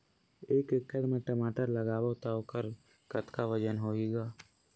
एक एकड़ म टमाटर लगाबो तो ओकर कतका वजन होही ग?